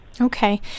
Okay